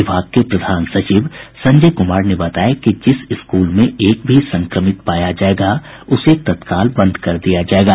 विभाग के प्रधान सचिव संजय कुमार ने बताया कि जिस स्कूल में एक भी संक्रमित पाया जायेगा उसे तत्काल बंद कर दिया जायेगा